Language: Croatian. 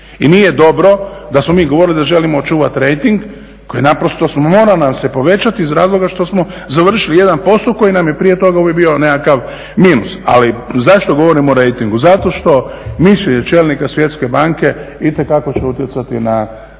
I nije dobro da smo mi govorili da želimo očuvati rejting koji nam se mora povećati iz razloga što smo završili jedan posao koji nam je prije toga uvijek bio nekakav minus. Ali zašto govorim o rejtingu? Zato što mišljenje čelnika Svjetske banke itekako će utjecati na